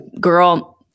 girl